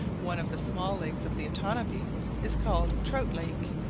one of the small lakes of the otanabee is called trout lake,